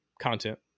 content